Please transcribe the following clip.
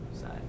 side